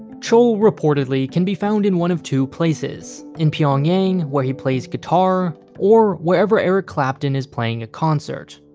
chol, reportedly, can be found in one of two places in pyongyang, where he plays guitar, or wherever eric clapton is playing a concert.